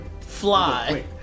fly